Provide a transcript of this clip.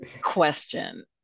question